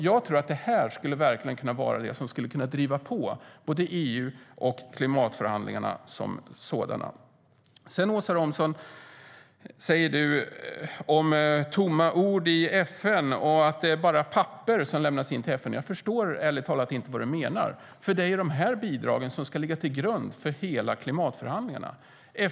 Jag tror verkligen att detta skulle kunna driva på både EU och klimatförhandlingarna som sådana. Du talade om att det är bara är tomma ord i FN och att det bara är papper som lämnas in till FN, Åsa Romson. Jag förstår ärligt talat inte vad du menar. Det är de bidragen som ska ligga till grund för klimatförhandlingarna.